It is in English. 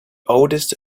oldest